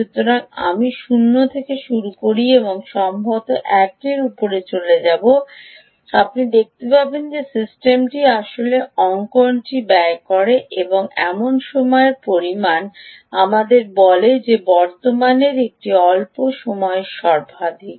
সুতরাং আমি 0 দিয়ে শুরু করি এবং আমি সম্ভবত 1 এর উপরে চলে যাব আপনি দেখতে পাবেন যে সিস্টেমটি আসলে অঙ্কনটি ব্যয় করে এমন সময়ের পরিমাণ আমাদের বলি যে বর্তমানের একটি অল্প পরিমাণ সর্বাধিক